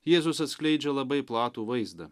jėzus atskleidžia labai platų vaizdą